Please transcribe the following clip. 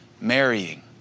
marrying